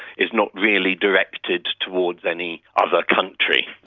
is not really directed towards any other country.